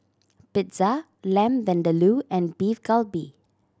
Pizza Lamb Vindaloo and Beef Galbi